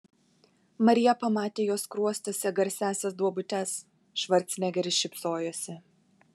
marija pamatė jo skruostuose garsiąsias duobutes švarcnegeris šypsojosi